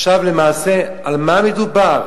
עכשיו, למעשה, על מה מדובר?